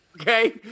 Okay